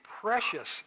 precious